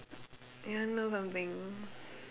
you want know something